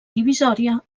divisòria